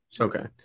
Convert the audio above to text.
Okay